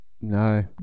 No